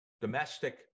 domestic